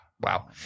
Wow